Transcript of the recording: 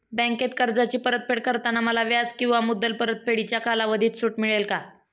बँकेत कर्जाची परतफेड करताना मला व्याज किंवा मुद्दल परतफेडीच्या कालावधीत सूट मिळेल का?